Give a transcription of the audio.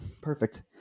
Perfect